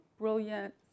brilliant